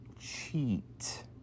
cheat